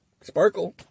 sparkle